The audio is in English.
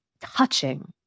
touching